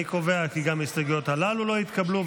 אני קובע כי גם ההסתייגויות הללו לא התקבלו.